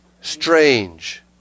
Strange